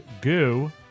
Goo